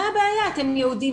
מה הבעיה אתם יהודים,